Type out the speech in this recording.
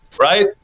right